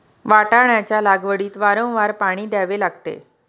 वाटाण्याच्या लागवडीत वारंवार पाणी द्यावे लागते